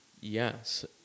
yes